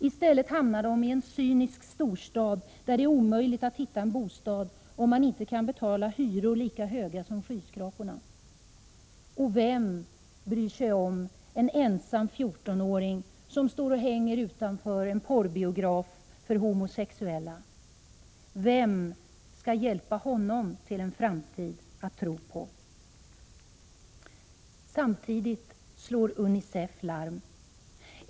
I stället hamnar de i en cynisk storstad där det är omöjligt att hitta en bostad, om man inte kan betala hyror lika höga som skyskraporna. Vem bryr sig om en ensam 14-åring som står och hänger utanför en porrbiograf för homosexuella? Vem skall hjälpa honom till en framtid att tro på? Samtidigt slår Unicef larm.